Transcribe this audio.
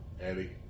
Eddie